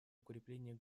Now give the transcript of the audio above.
укреплении